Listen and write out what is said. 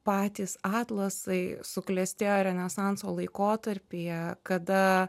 patys atlasai suklestėjo renesanso laikotarpyje kada